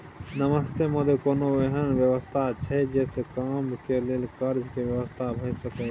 नमस्ते महोदय, कोनो एहन व्यवस्था छै जे से कम के लेल कर्ज के व्यवस्था भ सके ये?